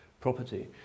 property